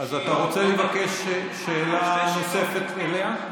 אז אתה רוצה לבקש שאלה נוספת אליה?